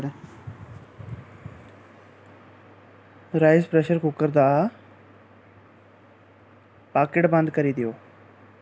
rice pressure cooker दा socket बंद करी देओ